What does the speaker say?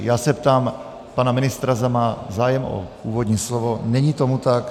Ptám se pana ministra, zda má zájem o úvodní slovo není tomu tak.